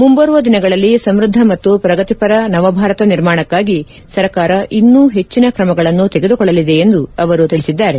ಮುಂಬರುವ ದಿನಗಳಲ್ಲಿ ಸಮೃದ್ಧ ಮತ್ತು ಪ್ರಗತಿಪರ ನವಭಾರತ ನಿರ್ಮಾಣಕ್ಕಾಗಿ ಸರ್ಕಾರ ಇನ್ನು ಹೆಚ್ಚಿನ ತ್ರಮಗಳನ್ನು ತೆಗೆದುಕೊಳ್ಳಲಿದೆ ಎಂದು ಅವರು ಪೇಳಿದ್ದಾರೆ